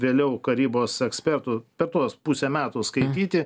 vėliau karybos ekspertų per tuos pusę metų skaityti